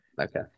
Okay